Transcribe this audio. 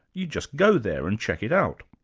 you'd just go there and check it out.